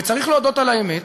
וצריך להודות על האמת,